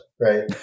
right